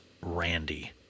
Randy